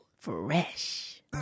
fresh